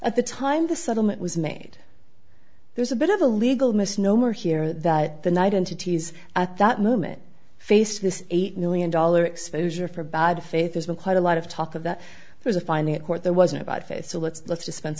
at the time the settlement was made there's a bit of a legal misnomer here that the night entities at that moment faced this eight million dollar exposure for bad faith there's been quite a lot of talk of that there's a finding at court there was an about face so let's let's dispense